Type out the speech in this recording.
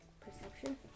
Perception